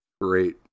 Great